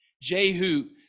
Jehu